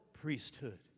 priesthood